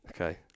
Okay